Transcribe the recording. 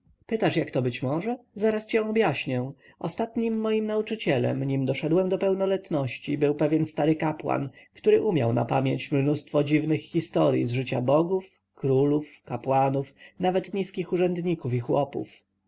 pytasz jak to być może zaraz cię objaśnię ostatnim moim nauczycielem nim doszedłem do pełnoletności był pewien stary kapłan który umiał napamięć mnóstwo dziwnych historyj z życia bogów królów kapłanów nawet niskich urzędników i chłopów